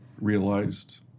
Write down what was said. realized